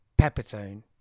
Peppertone